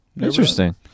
interesting